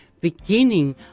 beginning